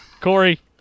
Corey